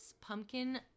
pumpkin